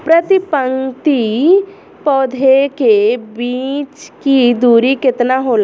प्रति पंक्ति पौधे के बीच की दूरी केतना होला?